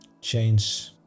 change